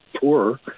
poor